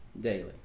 daily